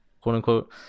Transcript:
quote-unquote